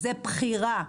זו בחירה.